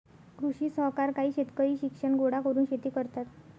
कृषी सहकार काही शेतकरी शिक्षण गोळा करून शेती करतात